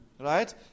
right